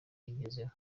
yagezeho